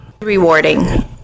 rewarding